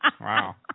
wow